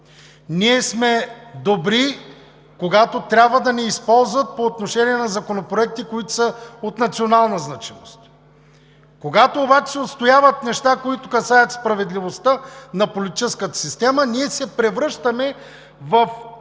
ние сме добри, когато трябва да ни използват по отношение на законопроекти, които са от национална значимост, когато обаче се отстояват неща, които касаят справедливостта на политическата система, ние се превръщаме в онзи